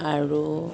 আৰু